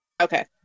okay